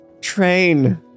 Train